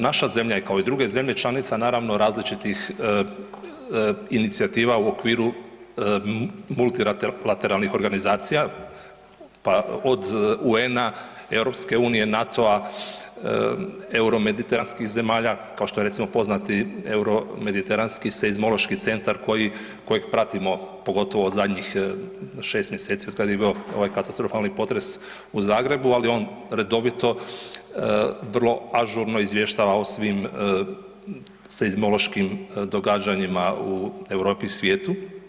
Naša zemlja je kao i druge zemlje članica naravno, različitih inicijativa u okviru multilateralnih organizacija pa od UN-a, EU-a, NATO-a, Euromediteranskih zemalja, kao što je recimo poznati Euromediteranski seizmološki centar, kojeg pratimo, pogotovo zadnjih 6 mjeseci od kad je bio ovaj katastrofalni potres u Zagrebu, ali on redovito vrlo ažurno izvještava o svim seizmološkim događanjima u Europi i svijetu.